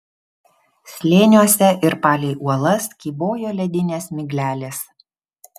slėniuose ir palei uolas kybojo ledinės miglelės